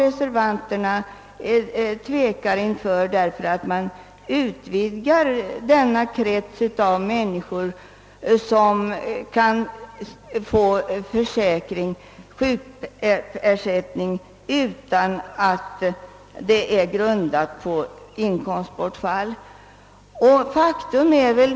Reservanterna tvekar inför att på detta sätt utvidga den krets av människor som kan få sjukersättning utan att detta är grundat på inkomstbortfall.